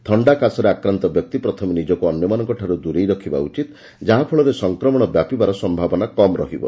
ଥି କାଶରେ ଆକ୍ରାନ୍ତ ବ୍ୟକ୍ତି ପ୍ରଥମେ ନିଜକୁ ଅନ୍ୟମାନଙ୍କଠାରୁ ଦୂରେଇ ରଖିବା ଉଚିତ ଯାହାଫଳରେ ସଂକ୍ରମଣ ବ୍ୟାପିବାର ସୟାବନା କମ୍ ରହିବ